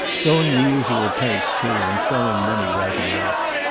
going the usual pace, too, and throwing money right and left.